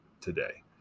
today